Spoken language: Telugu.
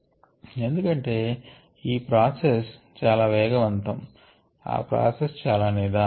ఎందుకంటే ఈ ప్రాసెస్ చాలా వేగవంతం ఆ ప్రాసెస్ చాలా నిదానం